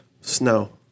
Snow